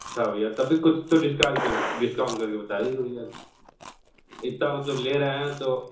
अच्छा भैया तब भी कुछ तो डिस्काउंट करके बता दीजिए भैया इतना मतलब ले रहे हैं तो